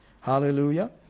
Hallelujah